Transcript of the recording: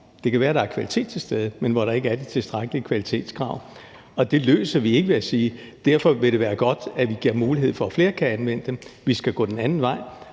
Det kan være, der er kvalitet til stede, men der er ikke de tilstrækkelige kvalitetskrav. Og det løser vi ikke ved at sige: Derfor ville det være godt, hvis vi gav mulighed for, at flere kunne anvende dem. Stod det til